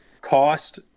Cost